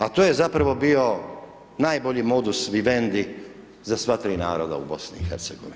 A to je zapravo bio najbolji modus vivendi za sva tri naroda u BiH.